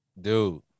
Dude